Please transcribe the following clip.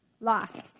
lost